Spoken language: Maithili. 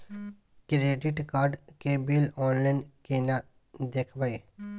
क्रेडिट कार्ड के बिल ऑनलाइन केना देखबय?